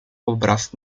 obraz